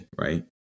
right